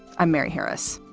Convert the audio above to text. i'm mary harris.